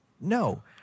no